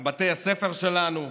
על בתי הספר שלנו,